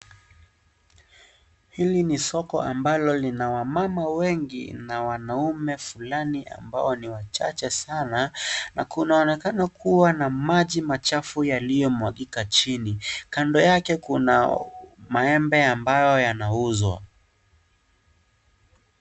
Hili ni soko ambalo lina wamama wengi na wanaume fulani ambao ni wachache sana na kunaonekana kuwa na maji machafu yaliyo mwagika chini. Kando yake, kuna maembe ambayo yanauzwa.